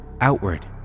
outward